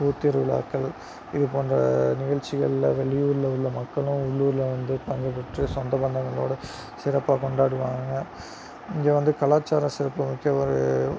பூத்திருவிழாக்கள் இதுபோன்ற நிகழ்ச்சிகளில் வெளியூரில் உள்ள மக்களும் உள்ளுரில் வந்து பங்குப்பெற்று சொந்தபந்தங்களோடு சிறப்பாக கொண்டாடுவாங்க இங்கே வந்து கலாச்சார சிறப்பு மிக்க ஒரு